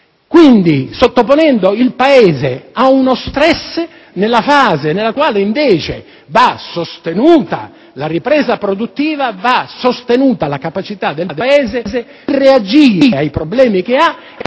seguendo, sottoponendo il Paese ad uno *stress* in una fase in cui, invece, va sostenuta la ripresa produttiva, va sostenuta la capacità del Paese di reagire ai problemi e di